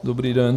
Dobrý den.